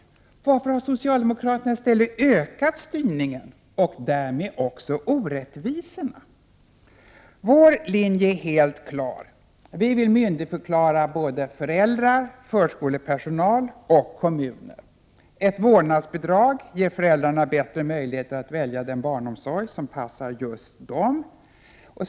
Varför har socialdemokraterna i stället ökat styrningen och därmed också orättvisorna? Vår linje är helt klar. Vi vill myndigförklara föräldrar, förskolepersonal och kommuner. Ett vårdnadsbidrag ger föräldrarna bättre möjligheter att välja den barnomsorg som passar just dem.